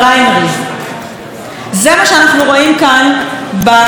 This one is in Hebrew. זה מה שאנחנו רואים כאן בשבועות ובחודשים האחרונים,